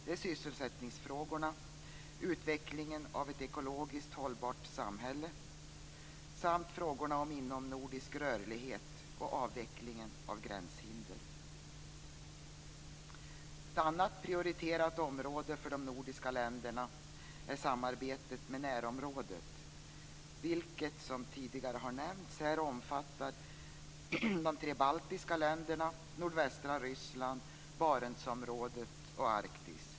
Det är sysselsättningsfrågorna, utvecklingen av ett ekologiskt hållbart samhälle samt frågorna om inomnordisk rörlighet och avveckling av gränshinder. Ett annat prioriterat område för de nordiska länderna är samarbetet med närområdet, vilket omfattar, som tidigare har nämnts, de tre baltiska länderna, nordvästra Ryssland, Barentsområdet och Arktis.